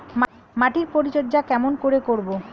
মাটির পরিচর্যা কেমন করে করব?